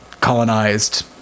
colonized